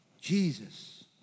Jesus